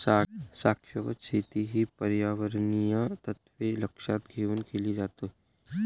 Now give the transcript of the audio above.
शाश्वत शेती ही पर्यावरणीय तत्त्वे लक्षात घेऊन केली जाते